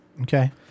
Okay